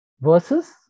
versus